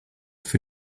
für